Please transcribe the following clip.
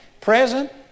present